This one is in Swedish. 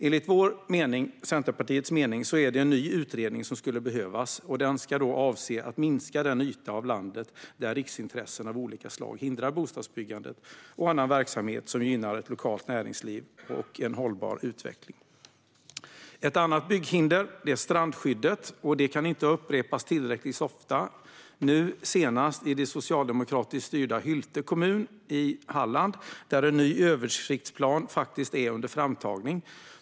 Enligt Centerpartiets mening är det en ny utredning som skulle behövas, och den ska avse att minska den yta av landet där riksintressen av olika slag hindrar bostadsbyggandet och annan verksamhet som gynnar ett lokalt näringsliv och en hållbar utveckling. Ett annat bygghinder är strandskyddet; det kan inte upprepas tillräckligt ofta. Det blev aktuellt nu senast i det socialdemokratiskt styrda Hylte kommun i Halland, där en ny översiktsplan är under framtagande.